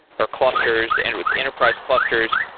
or clusters and with enterprise clusters,